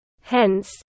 Hence